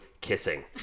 kissing